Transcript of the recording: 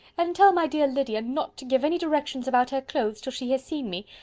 and tell my dear lydia not to give any directions about her clothes till she has seen me,